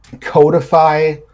codify